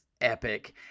epic